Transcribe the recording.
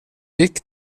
gick